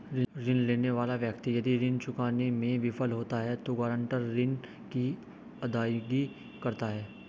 ऋण लेने वाला व्यक्ति यदि ऋण चुकाने में विफल होता है तो गारंटर ऋण की अदायगी करता है